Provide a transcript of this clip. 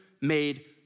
made